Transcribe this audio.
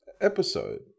episode